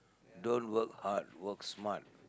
don't work hard work smart